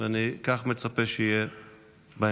ואני מצפה מכל שרי